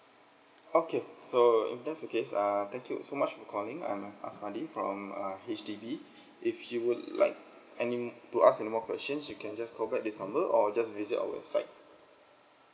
okay so if that's the case err thank you so much for calling I'm aswati from uh H_D_B if you would like any to ask anymore questions you can just call back this number or just visit our website